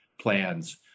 plans